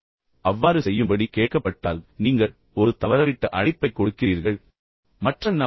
எனவே அவ்வாறு செய்யும்படி உங்களிடம் கேட்கப்பட்டால் நீங்கள் ஒரு தவறவிட்ட அழைப்பைக் கொடுக்கிறீர்கள் இல்லையெனில் அதைச் செய்ய வேண்டாம்